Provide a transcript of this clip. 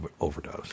overdose